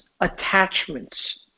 attachments